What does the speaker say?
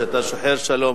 שאתה שוחר שלום,